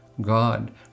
God